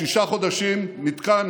שישה חודשים מתקן